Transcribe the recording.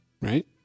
right